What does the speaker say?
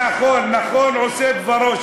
נכון, נכון, עושה דברו.